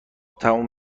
تموم